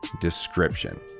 description